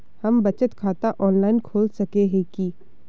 हम बचत खाता ऑनलाइन खोल सके है की?